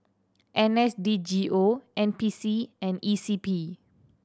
N S D G O N P C and E C P